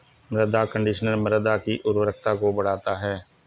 मृदा कंडीशनर मृदा की उर्वरता को बढ़ाता है